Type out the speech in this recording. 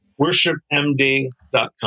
worshipmd.com